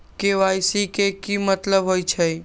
KYC के कि मतलब होइछइ?